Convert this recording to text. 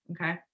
okay